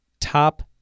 top